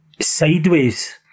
sideways